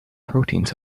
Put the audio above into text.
proteins